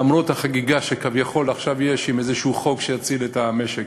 למרות החגיגה שכביכול עכשיו יש איזה חוק שיציל את המשק.